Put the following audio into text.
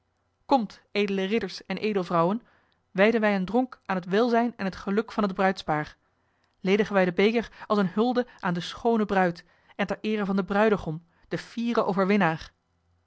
komt edele ridders en edelvrouwen wijden wij een dronk aan het welzijn en het geluk van het bruidspaar ledigen wij den beker als eene hulde aan de schoone bruid en ter eere van den bruidegom den fieren overwinnaar